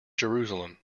jerusalem